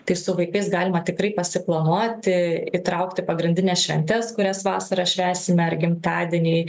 tai su vaikais galima tikrai pasiplanuoti įtraukti pagrindines šventes kurias vasarą švęsime ar gimtadieniai